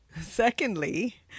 Secondly